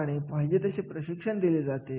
आणि मग तुम्हाला एखाद्या कार्याचा कल समजेल